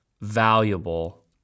valuable